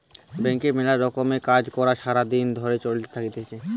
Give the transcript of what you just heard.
ব্যাংকে মেলা রকমের কাজ কর্ সারা দিন ধরে চলতে থাকতিছে